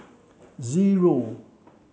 zero